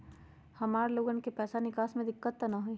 हमार लोगन के पैसा निकास में दिक्कत त न होई?